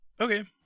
Okay